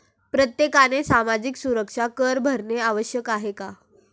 प्रत्येकाने सामाजिक सुरक्षा कर भरणे आवश्यक आहे का?